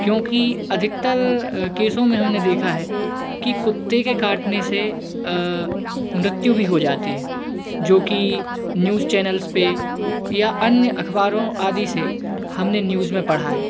क्योंकि अधिकतर केसों में हमने देखा है कि कुत्ते के काटने से मृत्यु भी जाती है जोकि न्यूज़ चैनल्स पर या अन्य अखबारों आदि से हमने न्यूज़ में पढ़ा है